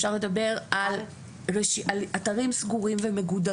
אפשר לדבר על אתרים סגורים ומגודרים